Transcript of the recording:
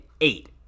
eight